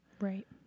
Right